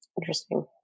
Interesting